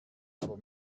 aber